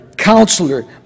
Counselor